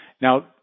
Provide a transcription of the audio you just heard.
Now